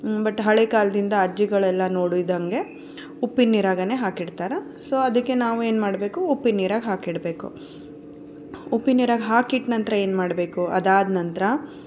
but ಹಳೆ ಕಾಲದಿಂದ ಅಜ್ಜಿಗಳೆಲ್ಲ ನೋಡಿದಂತೆ ಉಪ್ಪಿನ ನೀರಾಗೇನೆ ಹಾಕಿಡ್ತಾರೆ ಸೊ ಅದಕ್ಕೆ ನಾವು ಏನು ಮಾಡಬೇಕು ಉಪ್ಪಿನ ನೀರಾಗೆ ಹಾಕಿಡಬೇಕು ಉಪ್ಪಿನ ನೀರಾಗೆ ಹಾಕಿಟ್ಟ ನಂತರ ಏನು ಮಾಡಬೇಕು ಅದಾದ ನಂತ್ರ